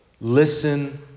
listen